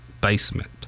basement